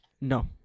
No